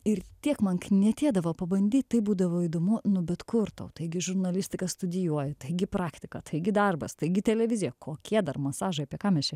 ir tiek man knietėdavo pabandyt taip būdavo įdomu nu bet kur tau taigi žurnalistiką studijuoju taigi praktika taigi darbas taigi televizija kokie dar masažai apie ką mes čia